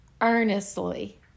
earnestly